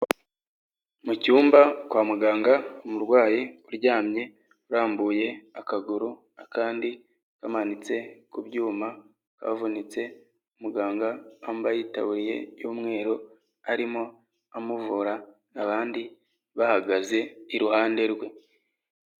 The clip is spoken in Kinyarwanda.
Mu cyumba kwa muganga umurwayi uryamye urambuye akaguru akandi kamanitse ku byuma kavunitse, muganga wambaye itabuye y'umweru arimo amuvura abandi bahagaze iruhande rwe.